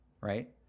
Right